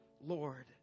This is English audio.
Lord